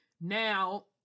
Now